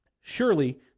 Surely